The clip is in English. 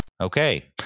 okay